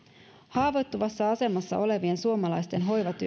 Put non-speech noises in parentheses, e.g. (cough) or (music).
haavoittuvassa asemassa olevien suomalaisten hoivatyö (unintelligible)